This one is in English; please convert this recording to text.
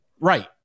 right